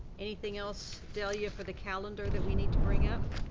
anything else, delia, for the calendar, that we need to bring up?